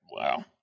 Wow